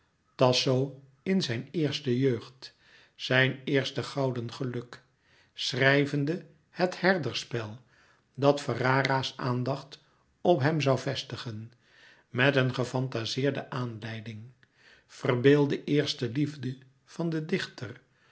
tasso in zijn eerste jeugd zijn eerste gouden geluk schrijvende het herdersspel dat ferrara's aandacht op hem zoû vestigen met een gefantazeerde aanleiding verbeelde eerste liefde van den dichter